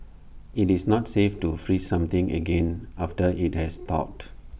IT is not safe to freeze something again after IT has thawed